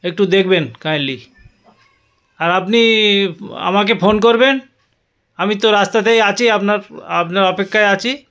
একটু দেখবেন কাইন্ডলি আর আপনি আমাকে ফোন করবেন আমি তো রাস্তাতেই আছি আপনার আপনার অপেক্ষায় আছি